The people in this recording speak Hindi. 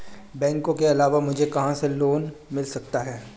बैंकों के अलावा मुझे कहां से लोंन मिल सकता है?